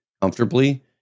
comfortably